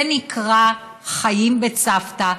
זה נקרא חיים בצוותא.